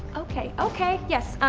ok, ok! yes.